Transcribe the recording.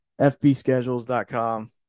fbschedules.com